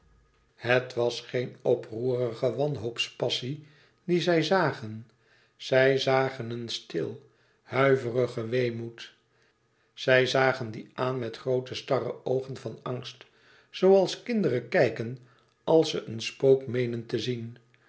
het was geen oproerige wanhoopspassie die zij zagen zij zagen een stil huiverigen weemoed zij zagen dien aan met groote starre oogen van angst zooals kinderen kijken als ze een spook meenen te zien